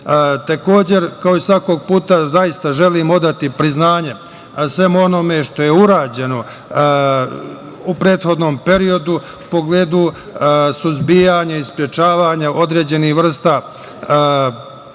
procesu. Kao i svaki put, zaista želim odati priznanje svemu onome što je urađeno u prethodnom periodu u pogledu suzbijanja i sprečavanja određenih vrsta problema